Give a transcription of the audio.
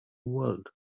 world